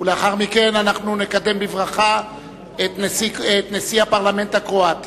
ולכן גם הזכות לחברי הכנסת להתנגד להצעת החוק התנגדות אמיתית